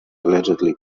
allegedly